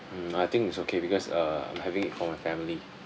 mm I think it's okay because uh I'm having it for my family